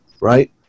right